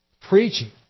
Preaching